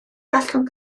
gallwn